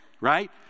right